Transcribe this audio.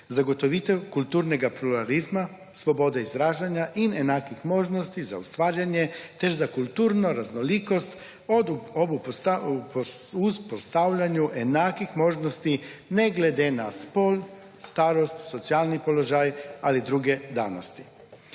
»Zagotovitev kulturnega pluralizma, svobode izražanja in enakih možnosti za ustvarjanje ter za kulturno raznolikost ob vzpostavljanju enakih možnosti ne glede na spol, starost, socialni položaj ali druge danosti.«